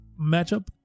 matchup